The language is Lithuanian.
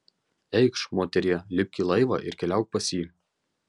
eikš moterie lipk į laivą ir keliauk pas jį